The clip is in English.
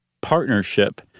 partnership